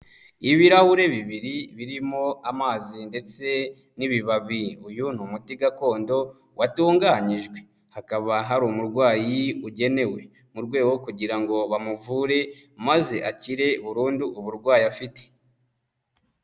Ibirahure bibiri birimo amazi ndetse n'ibibabi, uyu ni umuti gakondo watunganyijwe, hakaba hari umurwayi ugenewe mu rwego rwo kugira ngo bamuvure maze akire burundu uburwayi afite.